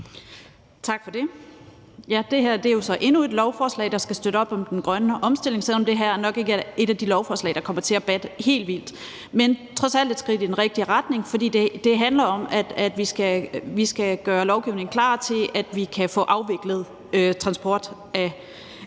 Tak for det. Det her er så endnu et lovforslag, der skal støtte op om den grønne omstilling, selv om det her nok ikke er et af de lovforslag, der kommer til at batte helt vildt. Men det er trods alt et skridt i den rigtige retning, for det handler om, at vi skal gøre lovgivningen klar til, at vi kan få afviklet transport af